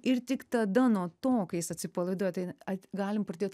ir tik tada nuo to kai jis atsipalaiduoja tai at galime pradėt